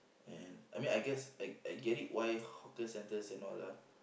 and I mean guess I I get it why hawker centres and all lah